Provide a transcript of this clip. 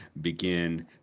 begin